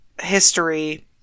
history